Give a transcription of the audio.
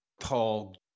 tall